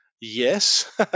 Yes